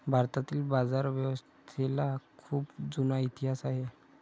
भारतातील बाजारव्यवस्थेला खूप जुना इतिहास आहे